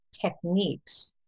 techniques